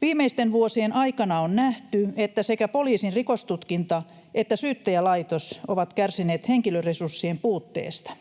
Viimeisten vuosien aikana on nähty, että sekä poliisin rikostutkinta että Syyttäjälaitos ovat kärsineet henkilöresurssien puutteesta.